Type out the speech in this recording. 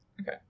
okay